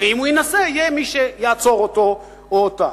ואם הוא ינסה, יהיה מי שיעצור אותו או אותה.